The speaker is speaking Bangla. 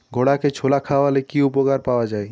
ঘোড়াকে ছোলা খাওয়ালে কি উপকার পাওয়া যায়?